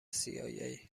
cia